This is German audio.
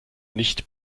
nicht